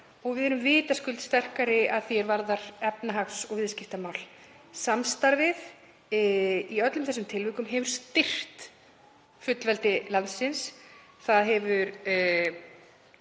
og við erum vitaskuld sterkari að því er varðar efnahags- og viðskiptamál. Samstarfið í öllum þessum tilvikum hefur styrkt fullveldi landsins. Þessi